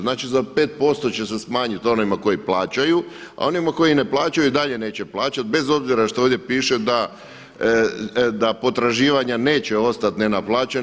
Znači za 5% će se smanjiti onima koji plaćaju, a onima koji ne plaćaju i dalje neće plaćati bez obzira što ovdje piše da potraživanja neće ostati nenaplaćena.